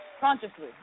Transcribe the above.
Consciously